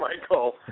Michael